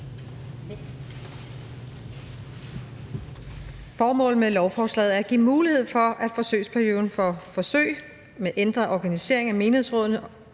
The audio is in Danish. Formålet med lovforslaget er at give mulighed for, at forsøgsperioden for forsøg med ændret organisering af menighedsrådenes